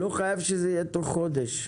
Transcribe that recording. לא חייב שיהיה תוך חודש.